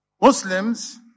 Muslims